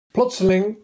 Plotseling